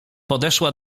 podeszła